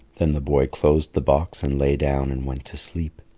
then the boy closed the box and lay down and went to sleep.